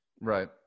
Right